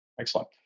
Excellent